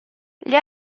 gli